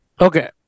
okay